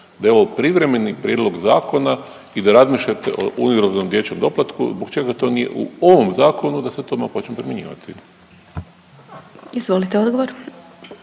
da je ovo privremeni prijedlog zakona i da razmišljate o univerzalnom dječjem doplatku. Zbog čega to nije u ovom zakonu da se to odma počne primjenjivati? **Glasovac,